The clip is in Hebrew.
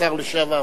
השר לשעבר.